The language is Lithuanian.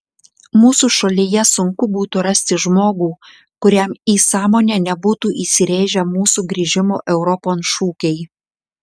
mūsų šalyje sunku būtų rasti žmogų kuriam į sąmonę nebūtų įsirėžę mūsų grįžimo europon šūkiai